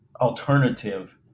alternative